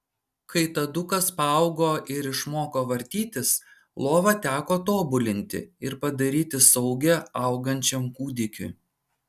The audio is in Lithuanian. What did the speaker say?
kai tadukas paaugo ir išmoko vartytis lovą teko tobulinti ir padaryti saugią augančiam kūdikiui